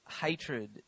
hatred